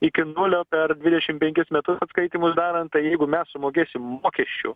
iki nulio per dvidešim penkis metus atskaitymus darant tai jeigu mes sumokėsim mokesčių